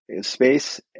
space